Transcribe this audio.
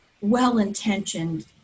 well-intentioned